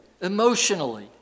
emotionally